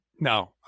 No